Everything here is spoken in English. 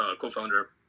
co-founder